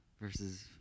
versus